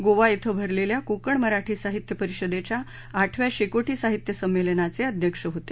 गोवा येथे भरलेल्या कोकण मराठी साहित्य परिषदेच्या आठव्या शेकोटी साहित्य संमेलनाचे ते अध्यक्ष होते